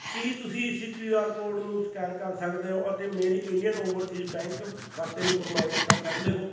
ਕੀ ਤੁਸੀਂਂ ਇਸ Q R code ਨੂੰ ਸਕੈਨ ਕਰ ਸਕਦੇ ਹੋ ਅਤੇ ਮੇਰੇ ਇੰਡੀਅਨ ਓਵਰਸੀਜ਼ ਬੈਂਕ ਖਾਤੇ ਨੂੰ ਪ੍ਰਮਾਣਿਤ ਕਰ ਸਕਦੇ ਹੋ